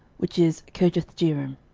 which is kirjathjearim